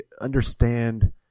understand